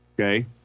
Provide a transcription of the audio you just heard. Okay